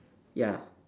ya